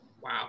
Wow